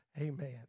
Amen